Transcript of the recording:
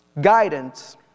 guidance